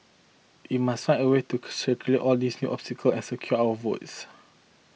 we must find a way to all these new obstacle and secure our votes